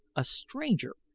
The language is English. a stranger,